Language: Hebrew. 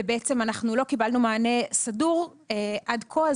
ואנחנו לא קיבלנו מענה סדור עד כה,